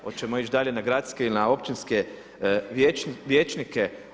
Hoćemo ići dalje na gradske ili na općinske vijećnike?